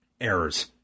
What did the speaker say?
errors